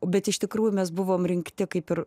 bet iš tikrųjų mes buvom rinkti kaip ir